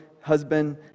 husband